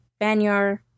Banyar